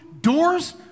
doors